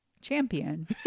champion